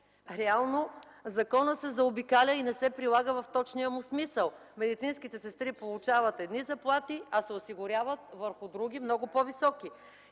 Реално законът се заобикаля и не се прилага в точния му смисъл – медицинските сестри получават едни заплати, а се осигуряват върху други, много по-високи.